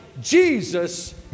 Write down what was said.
Jesus